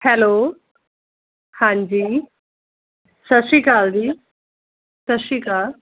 hello ਹਾਂਜੀ ਸਤਿ ਸ਼੍ਰੀ ਅਕਾਲ ਜੀ ਸਤਿ ਸ਼੍ਰੀ ਅਕਾਲ